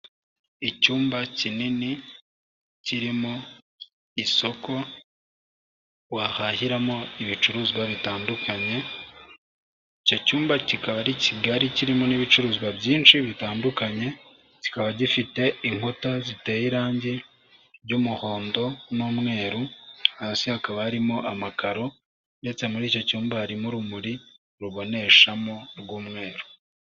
Icyumba kinini, kirimo isoko wahahiramo ibicuruzwa bitandukanye, icyo cyumba kikaba ari kigari kirimo n'ibicuruzwa byinshi bitandukanye, kikaba gifite inkuta ziteye irangi ry'umuhondo n'umweru, hasi hakaba harimo amakaro, ndetse muri icyo cyumba harimo urumuri ruboneshamo rw'umweru.